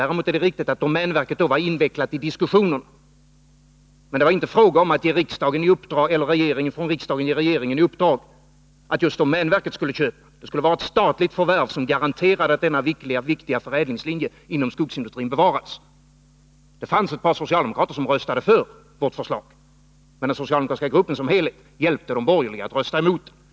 Däremot är det riktigt att domänverket då var invecklat i diskussionen, men det var inte fråga om att riksdagen skulle ge regeringen i uppdrag att se till att just domänverket köpte fabriken. Det skulle vara ett statligt förvärv som garanterade att denna viktiga förädlingslinje inom skogsindustrin bevarades. Det fanns ett par socialdemokrater som röstade för vårt förslag, men den socialdemokratiska gruppen som helhet hjälpte de borgerliga att rösta mot det.